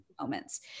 moments